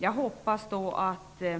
Jag hoppas att vi